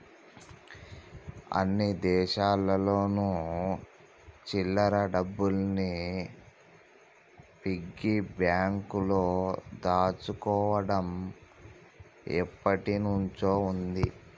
అన్ని దేశాల్లోను చిల్లర డబ్బుల్ని పిగ్గీ బ్యాంకులో దాచుకోవడం ఎప్పటినుంచో ఉంది